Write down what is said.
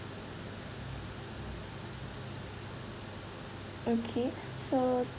okay so